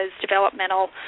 developmental